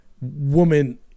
woman